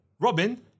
Robin